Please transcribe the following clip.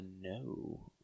no